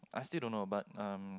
I still don't know but um